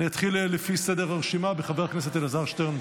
אני אתחיל לפי סדר הרשימה בחבר הכנסת אלעזר שטרן,